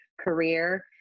career